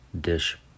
dish